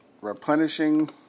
Replenishing